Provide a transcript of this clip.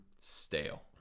stale